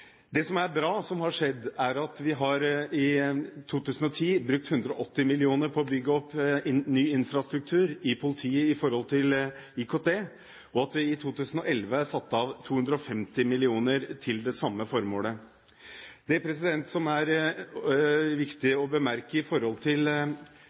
Det som er bra, er at vi i 2010 har brukt 180 mill. kr på å bygge opp ny infrastruktur for IKT i politiet, og at vi i 2011 satte av 250 mill. kr til det samme formålet. Det som er viktig